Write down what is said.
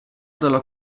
dalla